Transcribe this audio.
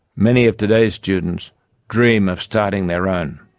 many of today's students dream of starting their own.